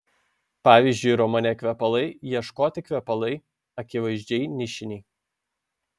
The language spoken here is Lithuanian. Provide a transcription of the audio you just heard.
pavyzdžiui romane kvepalai ieškoti kvepalai akivaizdžiai nišiniai